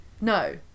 no